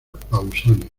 pausanias